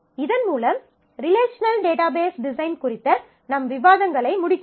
இதன் மூலம் relational database design குறித்த நம் விவாதங்களை முடிக்கிறோம்